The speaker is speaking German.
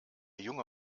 junge